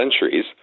centuries